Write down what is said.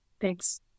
thanks